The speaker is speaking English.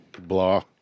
blah